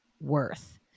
worth